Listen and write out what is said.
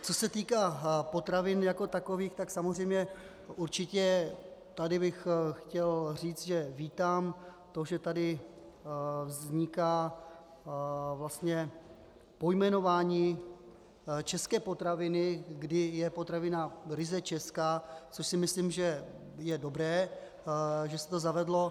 Co se týká potravin jako takových, tak samozřejmě určitě tady bych chtěl říct, že vítám to, že tady vzniká vlastně pojmenování české potraviny, kdy je potravina ryze česká, což si myslím, že je dobré, že se to zavedlo.